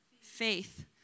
faith